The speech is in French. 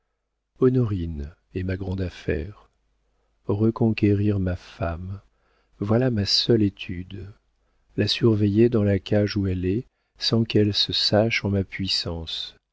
honorine est ma grande affaire reconquérir ma femme voilà ma seule étude la surveiller dans la cage où elle est sans qu'elle se sache en ma puissance